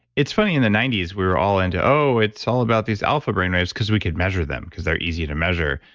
it's funny, in the ninety s, we were all into, oh, it's all about these alpha brain waves because we could measure them, because they're easy to measure.